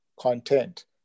content